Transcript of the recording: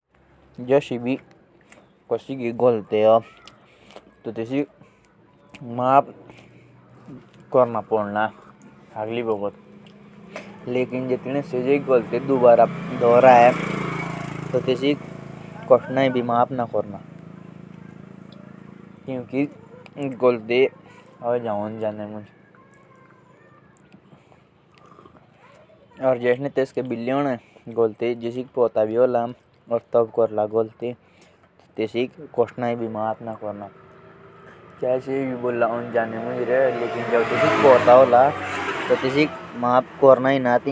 जोश कौनी गलते कोरे तो तेसिक अगली बार माफ पड़ना करना। पर जे तिन्ने सजेई गलते दुजाये करे और जानबूच कर करे तो तेसिक माफ पड़ना ना करना।